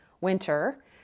winter